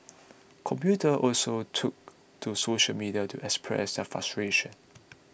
commuter also took to social media to express their frustration